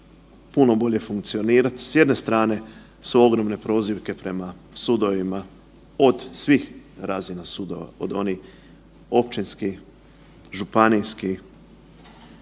puno bolje funkcionirati. S jedne strane su ogromne prozivke prema sudovima od svih razina sudova, od onih općinskih, županijskih